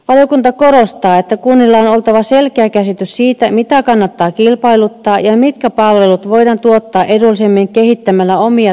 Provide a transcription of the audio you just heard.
valiokunta korostaa että kunnilla on oltava selkeä käsitys siitä mitä kannattaa kilpailuttaa ja mitkä palvelut voidaan tuottaa edullisemmin kehittämällä omia toimintatapoja